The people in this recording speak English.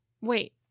Wait